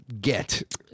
get